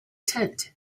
tent